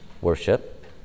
worship